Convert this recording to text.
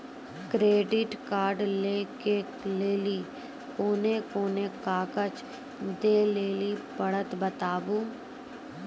Credit card लै के लेली कोने कोने कागज दे लेली पड़त बताबू?